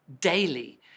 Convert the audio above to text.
daily